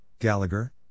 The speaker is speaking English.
Gallagher